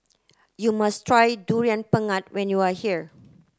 you must try durian pengat when you are here